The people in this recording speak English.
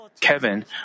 Kevin